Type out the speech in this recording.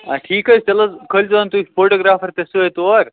آ ٹھیٖک حظ چھِ تیٚلہِ حظ کھٲلِزہون تُہۍ فوٹَوگرافَر تہِ سۭتۍ تور